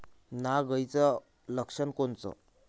नाग अळीचं लक्षण कोनचं?